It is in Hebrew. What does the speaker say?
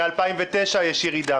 מ-2009 יש ירידה,